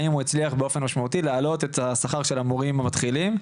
האם הוא הצליח באופן משמעותי להעלות את השכר של המורים המתחילים.